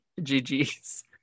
GG's